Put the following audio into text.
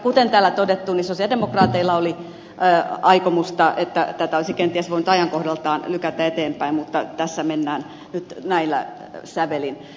kuten täällä on todettu sosialidemokraateilla oli aikomusta että tätä olisi kenties voinut ajankohdaltaan lykätä eteenpäin mutta tässä mennään nyt näillä sävelin